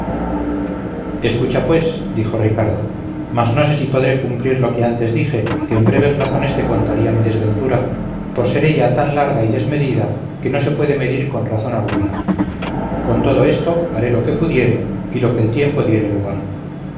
escucha pues dijo ricardo mas no sé si podré cumplir lo que antes dije que en breves razones te contaría mi desventura por ser ella tan larga y desmedida que no se puede medir con razón alguna con todo esto haré lo que pudiere y lo que el tiempo diere lugar